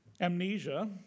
Amnesia